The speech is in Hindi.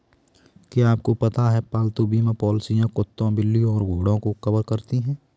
क्या आपको पता है पालतू बीमा पॉलिसियां कुत्तों, बिल्लियों और घोड़ों को कवर करती हैं?